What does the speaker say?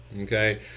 okay